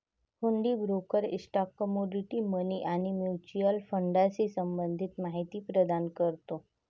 हुंडी broker stock, commodity, money आणि mutual फंडाशी संबंधित माहिती प्रदान करतो